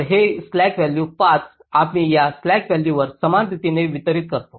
तर हे slack value 5 आम्ही या स्लॅक व्हॅल्यूवर समान रीतीने वितरित करतो